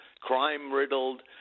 crime-riddled